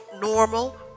normal